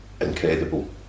incredible